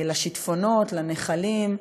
לשיטפונות, לנחלים,